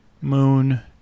moon